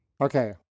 Okay